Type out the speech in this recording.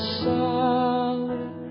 solid